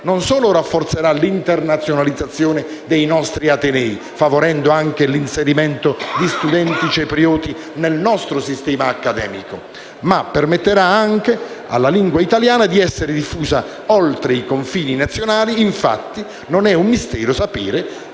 non solo rafforzerà l'internazionalizzazione dei nostri atenei favorendo anche l'inserimento di studenti ciprioti nel nostro sistema accademico, ma permetterà anche alla lingua italiana di essere diffusa oltre i confini nazionali; infatti, non è un mistero sapere,